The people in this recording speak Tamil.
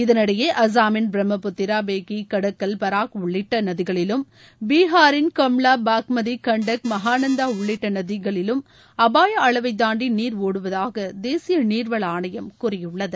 இதனிடையே அசாமின் பிரம்மபுத்திரா பேக்கி கடக்கல் பராக் உள்ளிட்ட நதிகளிலும் பீஹாரின் கம்ளா பாக்மதி கண்டக் மகானந்தா உள்ளிட்ட நதிகளிலும் அபாய அளவை தாண்டி நீர் ஒடுவதாக தேசிய நீர்வள ஆணையம் கூறியுள்ளது